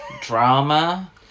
drama